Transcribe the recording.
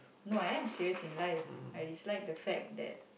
no I'm serious in life I dislike the fact that